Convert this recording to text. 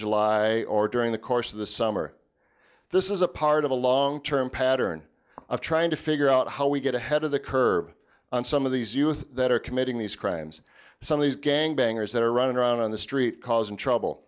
july or during the course of the summer this is a part of a long term pattern of trying to figure out how we get ahead of the curve on some of these youth that are committing these crimes some of these gang bangers that are running around on the street causing trouble